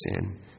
sin